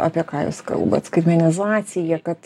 apie ką jūs kalbat skaitmenizacija kad